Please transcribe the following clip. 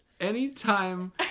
Anytime